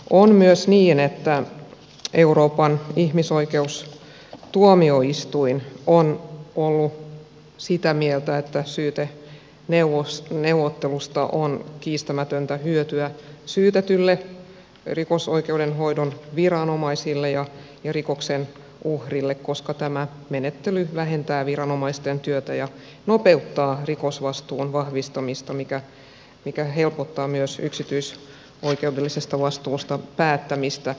on myös niin että euroopan ihmisoikeustuomioistuin on ollut sitä mieltä että syyteneuvottelusta on kiistämätöntä hyötyä syytetylle rikosoikeudenhoidon viranomaisille ja rikoksen uhrille koska tämä menettely vähentää viranomaisten työtä ja nopeuttaa rikosvastuun vahvistamista mikä helpottaa myös yksityisoikeudellisesta vastuusta päättämistä